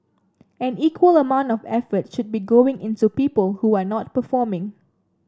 an equal amount of effort should be going into people who are not performing